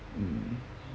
mm